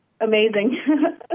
amazing